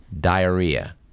diarrhea